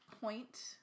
point